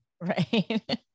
Right